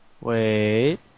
Wait